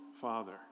Father